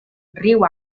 riu